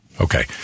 okay